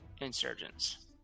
Insurgents